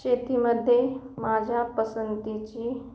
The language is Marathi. शेतीमध्ये माझ्या पसंतीची